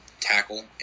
tackle